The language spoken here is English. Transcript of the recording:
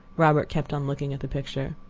robert kept on looking at the picture.